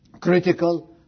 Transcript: critical